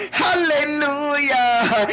hallelujah